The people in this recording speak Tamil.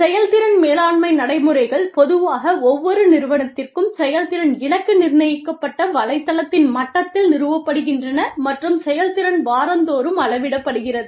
செயல்திறன் மேலாண்மை நடைமுறைகள் பொதுவாக ஒவ்வொரு நிறுவனத்திற்கும் செயல்திறன் இலக்கு நிர்ணயிக்கப்பட்ட வலைத்தளத்தின் மட்டத்தில் நிறுவப்படுகின்றன மற்றும் செயல்திறன் வாரந்தோறும் அளவிடப்படுகிறது